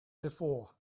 before